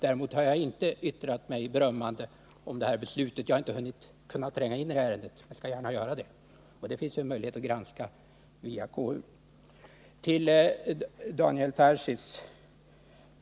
Däremot har jag inte yttrat mig berömmande om det här beslutet — jag har inte kunnat tränga in i det ärendet, men jag skall gärna göra det; det finns en möjlighet att granska det via konstitutionsutskottet.